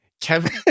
Kevin